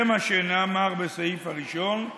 זה מה שנאמר בסעיף הראשון: